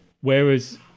Whereas